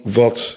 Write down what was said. wat